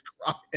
crying